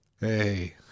Hey